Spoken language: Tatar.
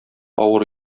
авыр